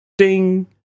Ding